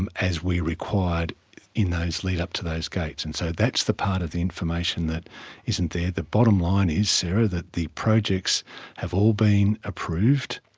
and as we required in those lead-up to those gates, and so that's the part of the information that isn't there. the bottom line is, sarah, that the projects have all been approved.